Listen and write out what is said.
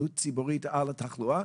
עלות ציבורית על התחלואה.